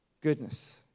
Goodness